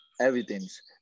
everything's